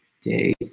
day